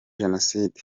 jenoside